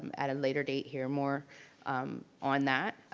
at a later date, hear more on that.